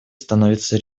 становится